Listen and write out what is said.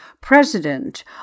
president